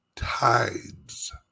Tides